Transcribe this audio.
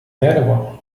дерево